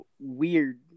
weird